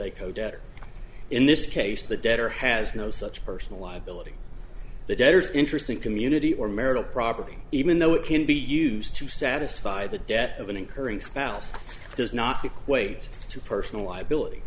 co debtor in this case the debtor has no such personal liability the debtors interesting community or marital property even though it can be used to satisfy the debt of an incurring spouse does not equate to personal liability